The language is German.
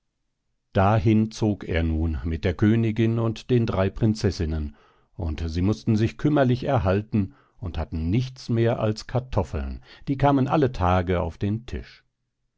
dahin zog er nun mit der königin und den drei prinzessinnen und sie mußten sich kümmerlich erhalten und hatten nichts mehr als kartoffeln die kamen alle tage auf den tisch